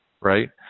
right